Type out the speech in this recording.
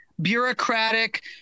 bureaucratic